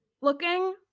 looking